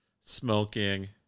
smoking